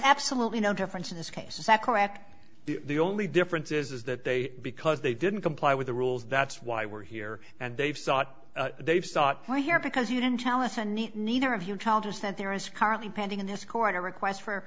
absolutely no difference in this case is that correct the only difference is that they because they didn't comply with the rules that's why we're here and they've sought they've sought by here because you didn't tell us a need neither of you told us that there is currently pending in this corner request for